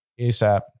ASAP